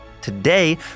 Today